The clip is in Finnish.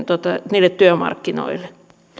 niille työmarkkinoille